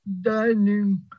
dining